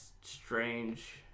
strange